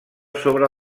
sobre